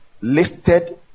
listed